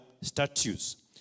statues